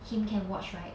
him can watch right